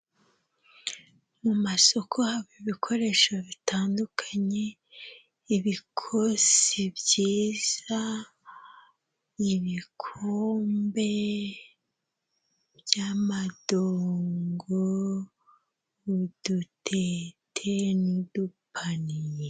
Mu masoko haba ibikoresho bitandukanye; ibikosi byiza, ibikombe by'amadongo, udutete n'udupaniye.